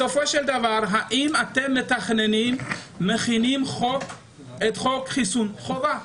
בסופו של דבר האם אתם מתכננים ומכינים חוק חיסון חובה?